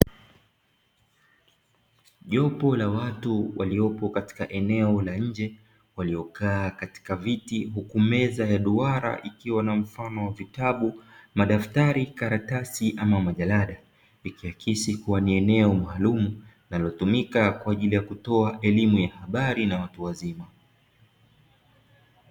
Jopo la watu waliopo katika eneo la nje waliokaa katika viti huku meza ya duara ikiwa na mfano wa vitabu, madaftari, karatasi ama majarada, ikiakisi kuwa ni eneo maalumu linalotumika kwa ajili ya kutoa elimu ya habari na watu wazima.